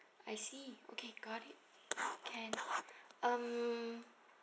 I see okay got it can um